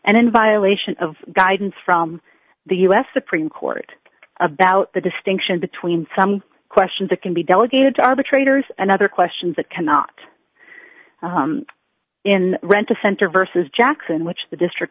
and in violation of guidance from the u s supreme court about the distinction between some questions that can be delegated to arbitrators and other questions that cannot in rent a center versus jackson which the district